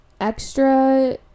extra